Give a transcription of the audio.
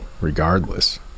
regardless